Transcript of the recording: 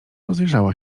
rozejrzała